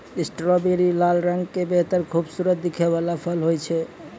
strawberry लाल रंग के बेहद खूबसूरत दिखै वाला फल होय छै